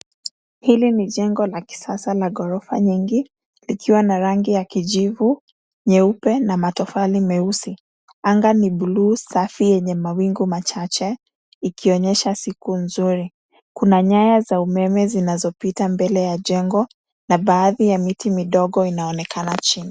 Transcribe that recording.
Hili ni jengo la kisasa la ghorofa nyingi, likiwa na rangi ya kijivu, nyeupe, na matofali meusi. Anga ni buluu safi yenye mawingu machache, ikionyesha siku nzuri. Kuna nyaya za umeme zinazopita mbele ya jengo na baadhi ya miti midogo inaonekana chini.